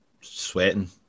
Sweating